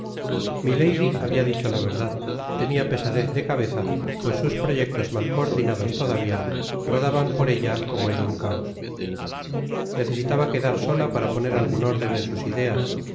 milady habia dicho la verdad tenia pesadez de cabeza pues sus proyectos mal coordinados tadavia rodaban por ella como en un caos necesitaba quedar sola para poner algun órden en sus ideas